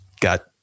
got